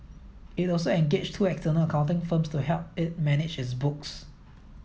it also engaged two external accounting firms to help it manage its books